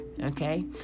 okay